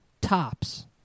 Tops